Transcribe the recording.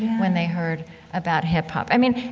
when they heard about hip hop. i mean,